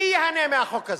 מי ייהנה מהחוק הזה?